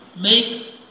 make